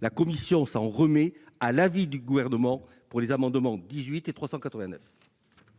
la commission s'en remet à l'avis du Gouvernement sur les amendements n 389